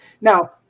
Now